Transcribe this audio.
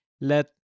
let